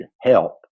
help